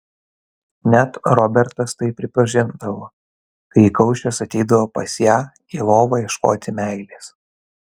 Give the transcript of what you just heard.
net robertas tai pripažindavo kai įkaušęs ateidavo pas ją į lovą ieškoti meilės